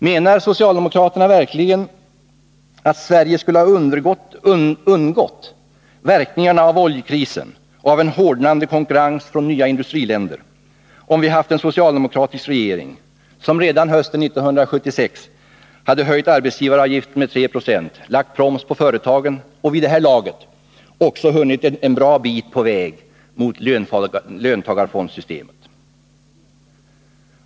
Menar socialdemokraterna verkligen att Sverige skulle ha undgått verkningarna av oljekrisen och av en hårdnande konkurrens från nya industriländer, om vi hade haft en socialdemokratisk regering, som redan hösten 1976 hade höjt arbetsgivaravgiften med 3 26, lagt en proms på företagen och vid det här laget också hunnit en bra bit på väg mot löntagarfondssystemet?